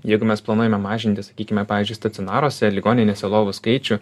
jeigu mes planuojame mažinti sakykime pavyzdžiui stacionaruose ligoninėse lovų skaičių